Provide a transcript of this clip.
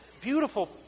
beautiful